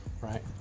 Right